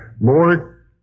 Lord